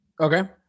okay